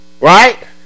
right